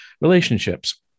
relationships